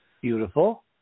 Beautiful